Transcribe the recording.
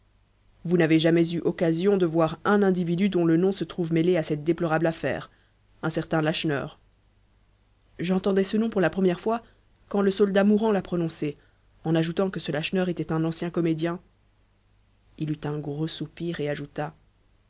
vous n'avez jamais eu occasion de voir un individu dont le nom se trouve mêlé à cette déplorable affaire un certain lacheneur j'entendais ce nom pour la première fois quand le soldat mourant l'a prononcé en ajoutant que ce lacheneur était un ancien comédien il eut en gros soupir et ajouta